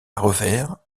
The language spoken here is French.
revers